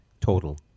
total